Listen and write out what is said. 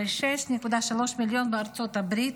ו-6.3 מיליון בארצות הברית,